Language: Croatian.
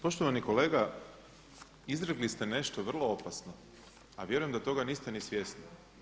Poštovani kolega izrekli ste nešto vrlo opasno, a vjerujem da toga niste ni svjesni.